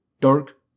dark